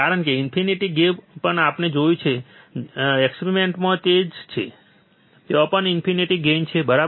કારણ કે infinite gain પણ આપણે જે જોયું એક્સપેરિમેન્ટમાં તે જ છે કે ત્યાં પણ ઈન્ફિનિટ ગેઇન છે બરાબર